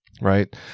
right